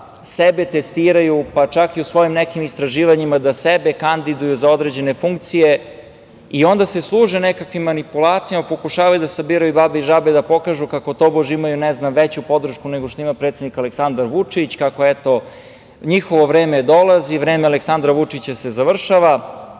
sebe testiraju, pa čak i u svojim nekim istraživanjima da sebe kandiduju za određene funkcije i onda se služe nekakvim manipulacijama, pokušavaju da sabiraju babe i žabe da pokažu kako, tobož, imaju, ne znam, veću podršku nego što ima predsednik Aleksandar Vučić, kako, eto, njihovo vreme dolazi, vreme Aleksandra Vučića se završava,